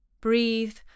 Breathe